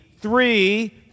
Three